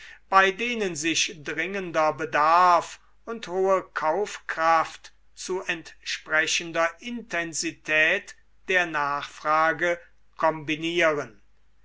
bei denen sich dringender bedarf und hohe kaufkraft zu entsprechender intensität der nachfrage kombinieren